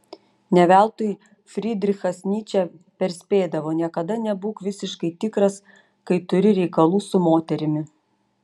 ne veltui frydrichas nyčė perspėdavo niekada nebūk visiškai tikras kai turi reikalų su moterimi